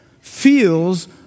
feels